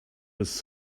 was